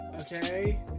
okay